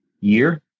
year